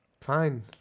fine